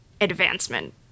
advancement